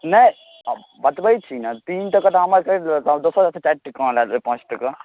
नहि बतबै छी ने तीन टका तऽ हमरा सब कऽ दोसरसँ चारि टका अहाँ लए लेब पांँच टका